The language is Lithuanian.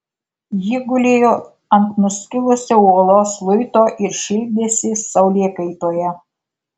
ji gulėjo ant nuskilusio uolos luito ir šildėsi saulėkaitoje